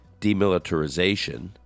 demilitarization